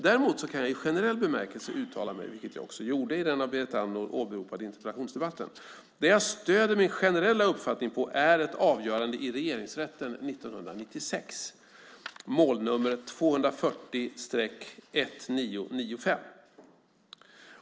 Däremot kan jag i generell bemärkelse uttala mig, vilket jag också gjorde i den av Berit Andnor åberopade interpellationsdebatten. Det jag stöder min generella uppfattning på är ett avgörande i Regeringsrätten 1996, målnummer 240-1995.